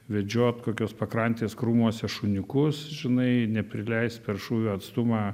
vedžiot kokios pakrantės krūmuose šuniukus žinai neprileist per šūvio atstumą